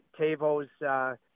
Tavo's